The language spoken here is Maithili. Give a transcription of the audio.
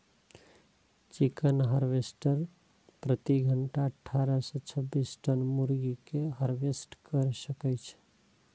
चिकन हार्वेस्टर प्रति घंटा अट्ठारह सं छब्बीस टन मुर्गी कें हार्वेस्ट कैर सकै छै